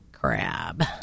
Crab